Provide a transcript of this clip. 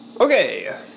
Okay